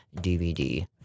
DVD